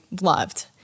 loved